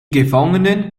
gefangenen